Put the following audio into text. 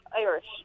Irish